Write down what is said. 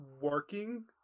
working